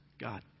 God